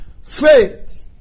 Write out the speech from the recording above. Faith